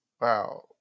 wow